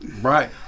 right